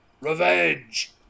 Revenge